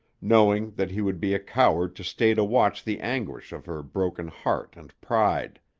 knowing that he would be a coward to stay to watch the anguish of her broken heart and pride.